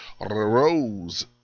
Rose